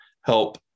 help